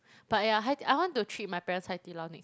but yeah Hai-Di I want to treat my parents Hai-Di-Lao next